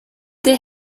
they